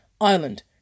Ireland